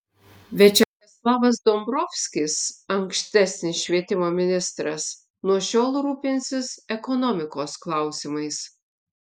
viačeslavas dombrovskis ankstesnis švietimo ministras nuo šiol rūpinsis ekonomikos klausimais